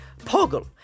Poggle